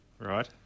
Right